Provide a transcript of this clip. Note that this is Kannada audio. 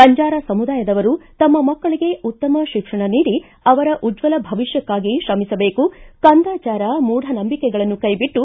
ಬಂಜಾರ ಸಮುದಾಯದವರು ತಮ್ಮ ಮಕ್ಕಳಿಗೆ ಉತ್ತಮ ಶಿಕ್ಷಣ ನೀಡಿ ಅವರ ಉಜ್ವಲ ಭವಿಷ್ಠಕ್ಕಾಗಿ ಶ್ರಮಿಸಬೇಕು ಕಂದಾಚಾರ ಮೂಢನಂಬಿಕೆಗಳನ್ನು ಕೈಬಿಟ್ಟು